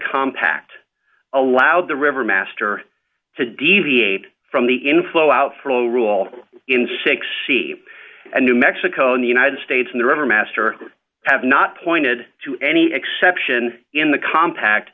compact allowed the river master to deviate from the inflow outflow rule in sixty and new mexico in the united states in the river master have not pointed to any exception in the compact